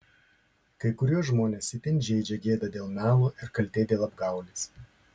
kai kuriuos žmones itin žeidžia gėda dėl melo ir kaltė dėl apgaulės